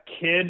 kid